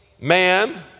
man